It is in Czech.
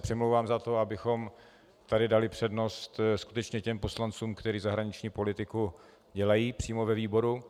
Přimlouvám se za to, abychom tady dali přednost skutečně těm poslancům, kteří zahraniční politiku dělají přímo ve výboru.